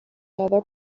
other